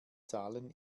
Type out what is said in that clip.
zahlen